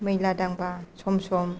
मैला दांबा सम सम